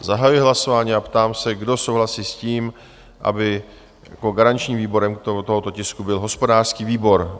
Zahajuji hlasování a ptám se, kdo souhlasí s tím, aby garančním výborem tohoto tisku byl hospodářský výbor?